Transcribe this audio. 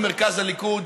למרכז הליכוד,